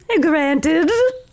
Granted